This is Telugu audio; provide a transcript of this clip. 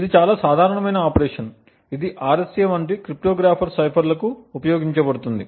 ఇది చాలా సాధారణమైన ఆపరేషన్ ఇది RSA వంటి క్రిప్టోగ్రాఫిక్ సైఫర్ లకు ఉపయోగించబడుతుంది